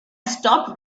stopped